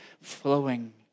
flowing